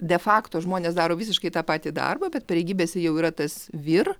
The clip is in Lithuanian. de fakto žmonės daro visiškai tą patį darbą bet pareigybėse jau yra tas vyr